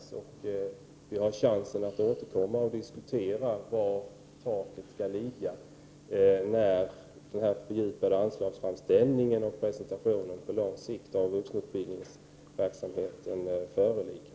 Så vi har chansen att återkomma och diskutera var taket skall ligga, när den fördjupade anslagsframställningen och presentationen på sikt av vuxenutbildningsverksamheten föreligger.